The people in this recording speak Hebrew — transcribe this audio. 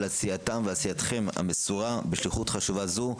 עשייתם ועשייתכם המסורה בשליחות חשובה זו,